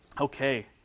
Okay